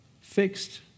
fixed